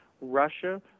Russia